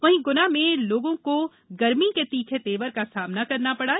वहीं गुना में लोगों को लोगों को गर्मी के तीखे तेवर का सामना करना पड़ा